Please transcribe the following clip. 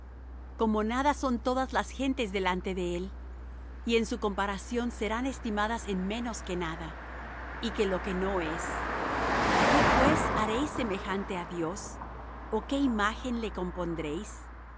como nada son todas las gentes delante de él y en su comparación serán estimadas en menos que nada y que lo que no es a qué pues haréis semejante á dios ó qué imagen le compondréis el